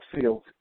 Fields